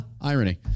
irony